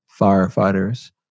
firefighters